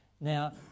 Now